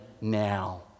now